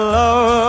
love